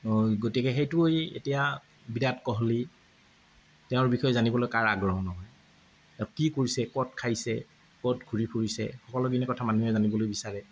গতিকে সেইটোৱেই এতিয়া বিৰাট ক'হলি তেওঁৰ বিষয়ে জানিবলৈ কাৰ আগ্ৰহ নহয় তেওঁ কি কৰিছে ক'ত খাইছে ক'ত ঘূৰি ফুৰিছে সকলোখিনি কথা মানুহে জানিবলৈ বিচাৰে